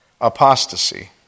apostasy